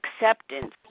acceptance